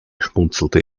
schmunzelte